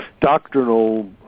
doctrinal